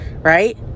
right